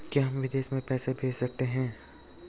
क्या हम विदेश में पैसे भेज सकते हैं?